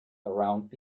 around